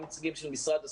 משרד הספורט,